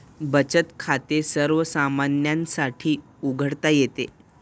बचत खाते सर्वसामान्यांसाठी उघडता येते